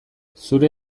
zure